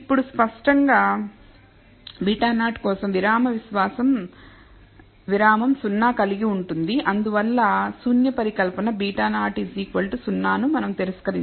ఇప్పుడు స్పష్టంగా β0 కోసం విరామ విశ్వాస విరామం సున్నా కలిగి ఉంటుంది అందువల్ల శూన్య పరికల్పన β0 0 ను మనం తిరస్కరించకూడదు